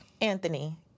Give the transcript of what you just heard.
Anthony